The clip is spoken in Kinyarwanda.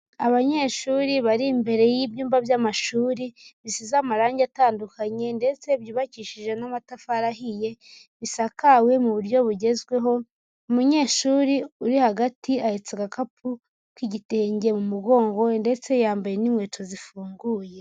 Abanyeshuri bari imbere y'ibyumba by'amashuri, bisize amarangi atandukanye, ndetse byubakishije n'amatafari ahiye, bisakawe mu buryo bugezweho. Umunyeshuri uri hagati ahetse agakapu k'igitenge mu mugongondetse yambaye n'inkweto zifunguye.